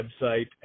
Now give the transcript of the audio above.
website